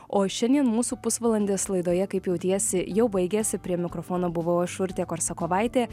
o šiandien mūsų pusvalandis laidoje kaip jautiesi jau baigėsi prie mikrofono buvau aš urtė korsakovaitė